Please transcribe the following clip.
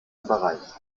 überreicht